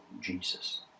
Jesus